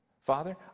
Father